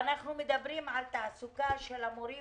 אנחנו מדברים על תעסוקה של המורים